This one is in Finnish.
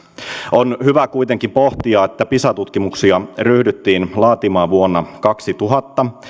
on hyvä kuitenkin pohtia että pisa tutkimuksia ryhdyttiin laatimaan vuonna kaksituhatta